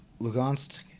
Lugansk